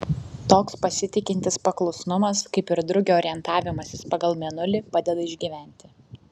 toks pasitikintis paklusnumas kaip ir drugio orientavimasis pagal mėnulį padeda išgyventi